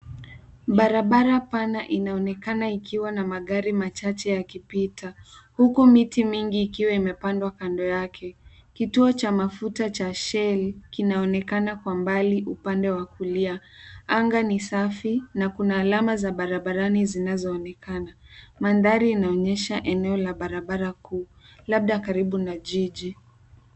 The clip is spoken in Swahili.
Barabara pana inaonekana ikiwa na magari machache yakipita, huku miti mingi ikiwa imepandwa kando yake. Kituo cha mafuta cha shell, kinaonekana kwa mbali upande wa kulia. Anga ni safi, na kuna alama za barabarani zinazoonekana. Mandhari inaonyesha eneo la barabara kuu, labda karibu na jiji.